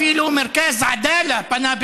אפילו מרכז עדאלה פנה,